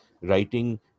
writing